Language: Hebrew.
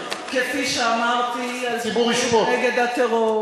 כפי שאמרתי על המדיניות נגד הטרור,